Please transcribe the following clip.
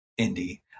indie